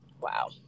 Wow